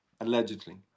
Allegedly